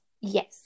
Yes